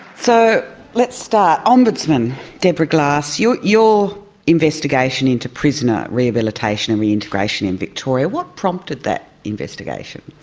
so, let's start. ombudsman deborah glass, your your investigation into prisoner rehabilitation and reintegration in victoria, what prompted that investigation?